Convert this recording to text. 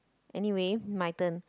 anyway my turn